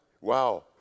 wow